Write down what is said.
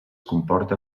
comporta